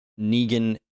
Negan